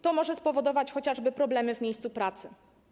To może spowodować chociażby problemy w miejscu pracy.